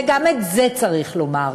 וגם את זה צריך לומר.